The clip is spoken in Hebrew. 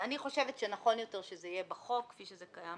אני חושבת שנכון יותר שזה יהיה בחוק כפי שזה קיים